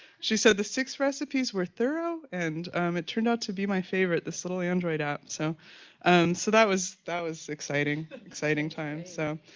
she said, the six recipes were thorough and um it turned out to be my favorite, this little android app. so and so that was that was exciting exciting time, so.